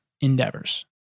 endeavors